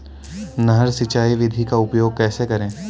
नहर सिंचाई विधि का उपयोग कैसे करें?